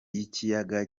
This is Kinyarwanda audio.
y’ikiyaga